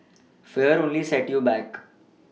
fear only set you back